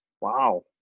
wow